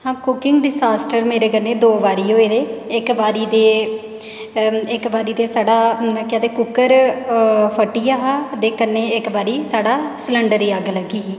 हां cooking disaster मेरे कन्नै दो बारी होए दे इक बारी दे इक बारी साढ़ा के आखदे कुक्कर फटी गेआ हा ते कन्नै इक बारी साढ़ा सलंडर गी अग्ग लग्गी ही